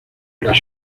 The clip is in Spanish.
las